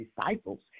disciples